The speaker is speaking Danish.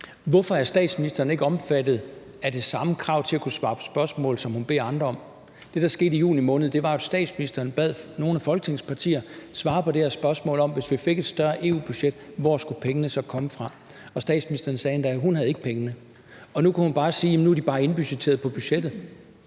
(DF): Hvorfor er statsministeren ikke omfattet af det samme krav til at kunne svare på spørgsmål, som hun beder andre om? Det, der skete i juni måned, var jo, at statsministeren bad nogle af Folketingets partier svare på det her spørgsmål, altså at hvis vi fik et større EU-budget, hvor skulle pengene så komme fra? Og statsministeren sagde endda, at hun ikke havde pengene. Nu kan hun bare sige, at de er indbudgetteret på budgettet.